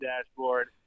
dashboard